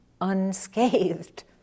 unscathed